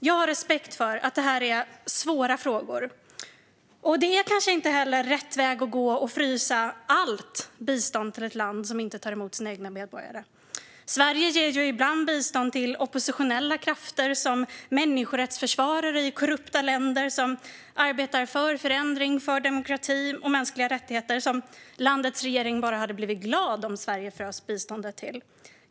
Jag har respekt för att det är svåra frågor, och det är kanske inte heller rätt väg att gå att frysa allt bistånd till ett land som inte tar emot sina egna medborgare. Sverige ger ju ibland bistånd till oppositionella krafter i korrupta länder, som människorättsförsvarare som arbetar för förändring och för demokrati och mänskliga rättigheter. Dessa länders regeringar hade bara blivit glada om Sverige hade frusit biståndet till de krafterna.